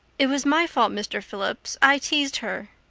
it was my fault mr. phillips. i teased her.